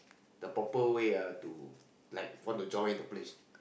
the proper way ah to like want to join the place